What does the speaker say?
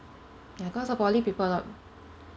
ya cause of poly people